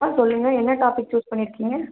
ஆ சொல்லுங்கள் என்ன topic choose பண்ணியிருக்கீங்க